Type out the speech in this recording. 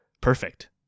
perfect